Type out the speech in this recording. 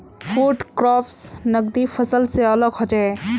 food crops नगदी फसल से अलग होचे